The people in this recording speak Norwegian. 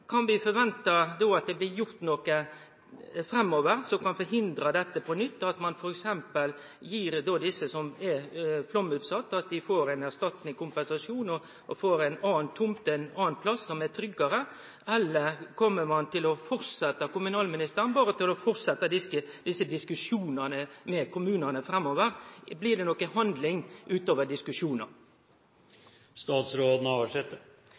Kan vi forvente at det blir gjort noko framover som kan forhindre at dette skjer på nytt, at ein f.eks. gir dei som er utsette for flaum, ei erstatning, ein kompensasjon og ei tomt ein annan plass, som er tryggare? Eller kjem kommunalministeren berre til å fortsetje desse diskusjonane med kommunane framover? Blir det noko handling utover